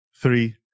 three